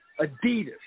Adidas